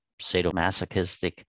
sadomasochistic